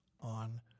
on